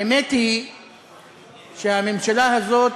האמת היא שהממשלה הזאת